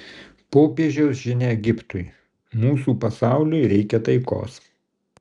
popiežiaus žinia egiptui mūsų pasauliui reikia taikos